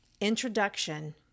introduction